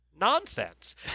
Nonsense